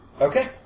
Okay